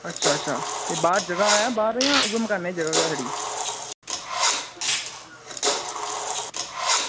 अच्छा अच्छा ते बाह्र जगह ऐ बाह्र जां उ'ऐ मकानै च गै जगह् ऐ छड़ी